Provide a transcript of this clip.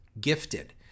gifted